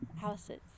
houses